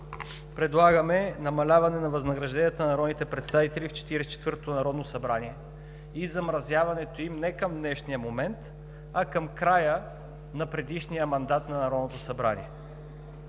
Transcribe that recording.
предлагаме намаляване на възнагражденията на народните представители в Четиридесет и четвъртото народно събрание и замразяването им не към днешния момент, а към края на предишния мандат на Народното събрание.